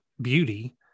beauty